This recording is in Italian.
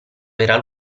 era